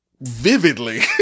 vividly